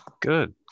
Good